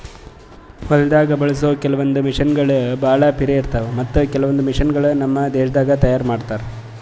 ಹೊಲ್ದಾಗ ಬಳಸೋ ಕೆಲವೊಂದ್ ಮಷಿನಗೋಳ್ ಭಾಳ್ ಪಿರೆ ಇರ್ತಾವ ಮತ್ತ್ ಕೆಲವೊಂದ್ ಮಷಿನಗೋಳ್ ನಮ್ ದೇಶದಾಗೆ ತಯಾರ್ ಮಾಡ್ತಾರಾ